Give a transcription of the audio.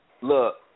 Look